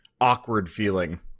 awkward-feeling